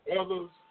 others